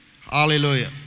Hallelujah